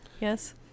Yes